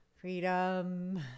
Freedom